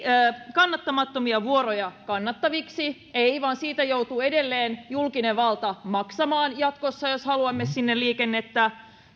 kannattamattomia vuoroja kannattaviksi ei vaan siitä joutuu edelleen julkinen valta maksamaan jatkossa jos haluamme sinne liikennettä